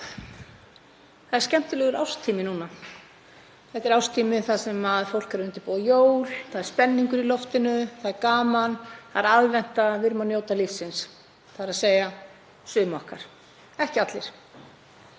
Það er skemmtilegur árstími núna. Þetta er árstíminn þar sem fólk er að undirbúa jól, það er spenningur í loftinu, það er gaman, það er aðventa, við erum að njóta lífsins, þ.e. sum okkar, ekki allir.